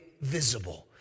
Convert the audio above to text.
visible